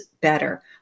better